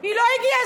היא לא הגיעה.